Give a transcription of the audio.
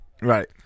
Right